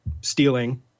stealing